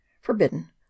Forbidden